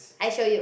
I show you